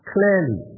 Clearly